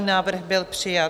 Návrh byl přijat.